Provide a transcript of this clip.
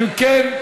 אין נמנעים.